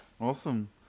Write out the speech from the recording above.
awesome